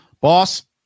boss